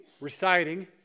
reciting